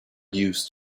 used